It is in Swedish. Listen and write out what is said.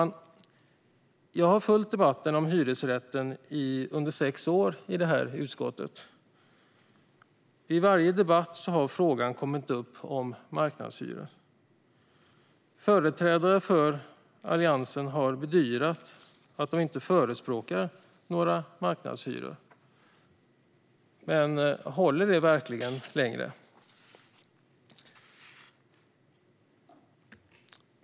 Under sex år har jag följt debatten om hyresrätten i utskottet. Vid varje debatt har frågan om marknadshyror kommit upp. Företrädare för Alliansen har bedyrat att de inte förespråkar några marknadshyror. Men håller det verkligen längre?